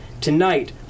Tonight